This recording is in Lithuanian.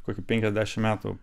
koki penkiasdešimt metų